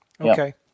Okay